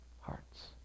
hearts